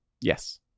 Yes